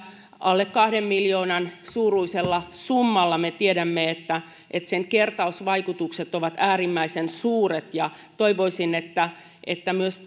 alle kahden miljoonan suuruisesta summasta me tiedämme että että sen kertausvaikutukset ovat äärimmäisen suuret ja toivoisin että että myös